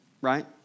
right